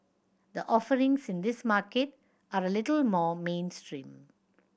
the offerings in this market are a little more mainstream